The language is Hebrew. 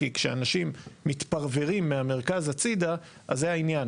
כי כשאנשים מתפרוורים מהמרכז הצידה, אז זה העניין.